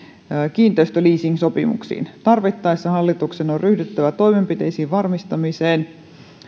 kiinteistöleasingsopimuksiin tarvittaessa hallituksen on ryhdyttävä toimenpiteisiin varmistaakseen